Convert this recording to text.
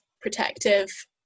protective